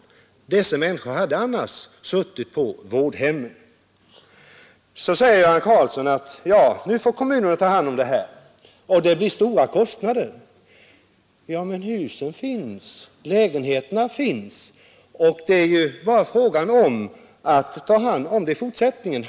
Många av dessa människor hade annars säkerligen suttit på vårdhemmen. Så säger herr Karlsson att nu får kommunerna ta hand om detta med stora kostnader som följd. Ja, men husen och lägenheterna finns redan, och det är fråga om att ta ansvaret för dem och människorna som bor där i fortsättningen.